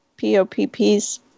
POPP's